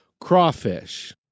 crawfish